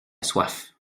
soif